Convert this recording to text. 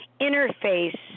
interface